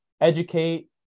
educate